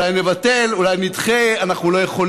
אולי נבטל, אולי נדחה, אנחנו לא יכולים,